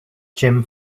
gym